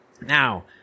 Now